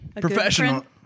professional